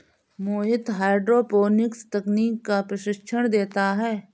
मोहित hydroponics तकनीक का प्रशिक्षण देता है